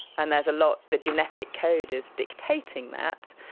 and there's a lot, the genetic code is dictating that.